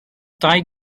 dau